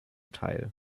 teil